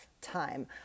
time